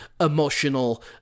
emotional